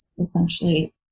essentially